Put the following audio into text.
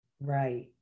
Right